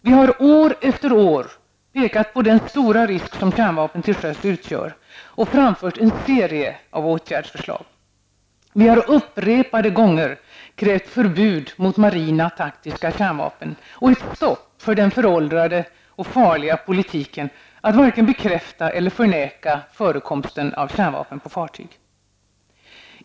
Vi har år efter år pekat på den stora risk som kärnvapnen till sjöss utgör och föreslagit en serie av åtgärder. Vi har upprepade gånger krävt förbud mot marina taktiska kärnvapen och stopp för den föråldrade och farliga politiken att varken bekräfta eller förneka förekomsten av kärnvapen på fartyg.